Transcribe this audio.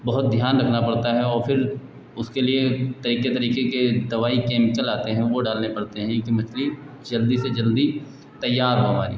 बहुत ध्यान रखना पड़ता है और फ़िर उसके लिए कई कई तरीके के लिए दवाई केमिकल आते हैं वह डालने पड़ते हैं क्योंकि मछली जल्दी से जल्दी तैयार हो जाए